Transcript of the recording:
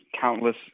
countless